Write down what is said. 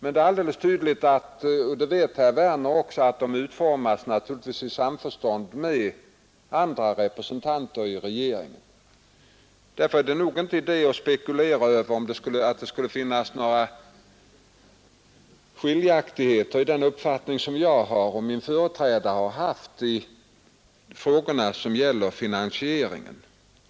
Men — och det vet herr Werner också — interpellationssvaren utformas givetvis i samförstånd med andra representanter för regeringen. Därför är det nog inte idé att spekulera i att det skulle finnas några skiljaktigheter i uppfattning mellan mig och min företrädare i de frågor som gäller finansieringen.